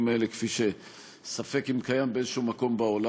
האלה כפי שספק אם קיים במקום כלשהו בעולם.